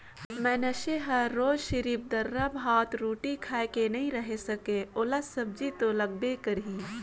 मइनसे हर रोयज सिरिफ दारा, भात, रोटी खाए के नइ रहें सके ओला सब्जी तो लगबे करही